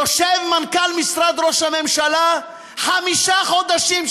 יושב מנכ"ל משרד ראש הממשלה חמישה חודשים,